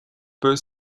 буй